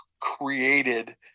created